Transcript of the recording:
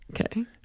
Okay